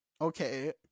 Okay